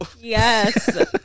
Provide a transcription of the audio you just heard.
Yes